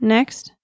Next